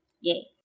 Yay